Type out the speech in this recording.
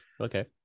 Okay